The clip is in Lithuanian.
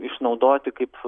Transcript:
išnaudoti kaip